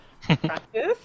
practice